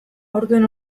aurten